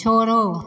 छोड़ो